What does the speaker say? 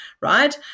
right